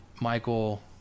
Michael